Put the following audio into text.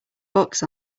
bucks